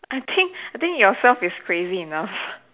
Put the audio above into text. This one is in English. I think I think yourself is crazy enough